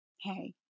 Hey